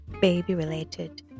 baby-related